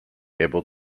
able